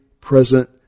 present